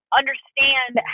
understand